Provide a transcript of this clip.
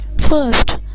first